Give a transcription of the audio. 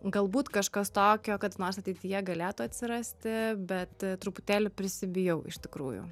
galbūt kažkas tokio kada nors ateityje galėtų atsirasti bet truputėlį prisibijau iš tikrųjų